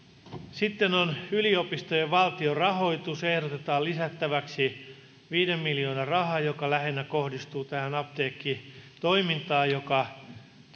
sitten on yliopistojen valtionrahoitus ehdotetaan lisättäväksi viiden miljoonan raha joka lähinnä kohdistuu tähän apteekkitoimintaan joka